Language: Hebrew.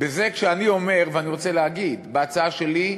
בזה, כשאני אומר, ואני רוצה להגיד: בהצעה שלי,